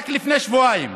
רק לפני שבועיים,